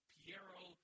Piero